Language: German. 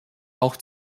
auch